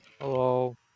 Hello